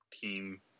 team